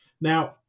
Now